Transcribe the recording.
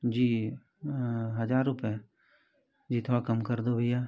जी हज़ार रुपये जी थोड़ा कम कर दो भैया